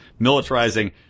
militarizing